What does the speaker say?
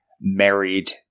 married